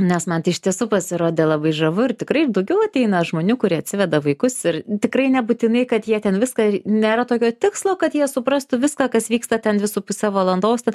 nes man tai iš tiesų pasirodė labai žavu ir tikrai ir daugiau ateina žmonių kurie atsiveda vaikus ir tikrai nebūtinai kad jie ten viską nėra tokio tikslo kad jie suprastų viską kas vyksta ten dvi su puse valandos ten